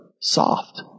soft